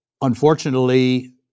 Unfortunately